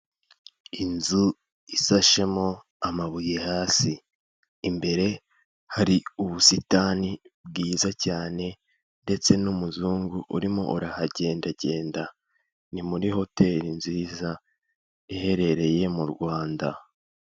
Inzu isashemo amabuye hasi, imbere hari ubusitani bwiza cyane ndetse n'umuzungu urimo urahagendagenda, ni muri hoteri nziza iherereye mu Rwanda.